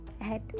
ahead